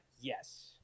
yes